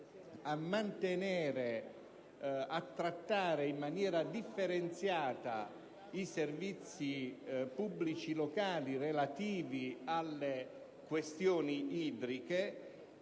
a trattare in maniera differenziata i servizi pubblici locali attinenti alle gestioni idriche